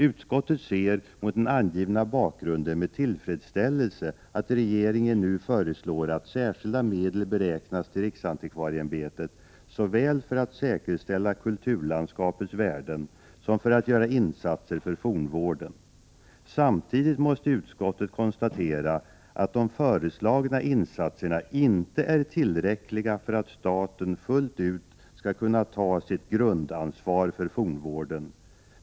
Utskottet ser mot den angivna bakgrunden med tillfredsställelse att regeringen nu föreslår att särskilda medel beräknas till RAÄ såväl för att säkerställa kulturlandskapets värden som för att göra insatser för fornvården. Samtidigt måste utskottet konstatera att ——— de föreslagna insatserna inte är tillräckliga för att staten fullt ut skall kunna ta sitt grundansvar för fornvården.